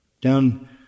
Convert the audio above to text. down